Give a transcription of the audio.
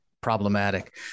problematic